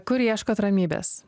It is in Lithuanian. kur ieškot ramybės